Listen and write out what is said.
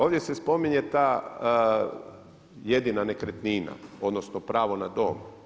Ovdje se spominje ta jedina nekretnina, odnosno pravo na dom.